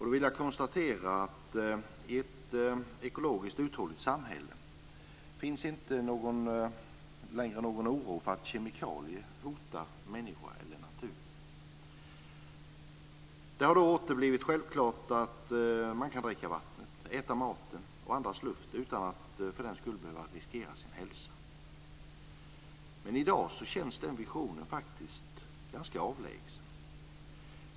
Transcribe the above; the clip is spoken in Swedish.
Då vill jag konstatera att i ett ekologiskt uthålligt samhälle finns inte längre någon oro för att kemikalier hotar människor eller natur. Det har då åter blivit självklart att man kan dricka vatten, äta mat och andas luft utan att för den skull behöva riskera sin hälsa. Men i dag känns den visionen faktiskt ganska avlägsen.